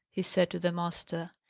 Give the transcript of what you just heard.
he said to the master.